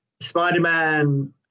Spider-Man